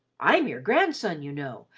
i'm your grandson, you know,